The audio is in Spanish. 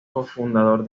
cofundador